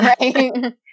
Right